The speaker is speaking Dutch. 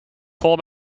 vol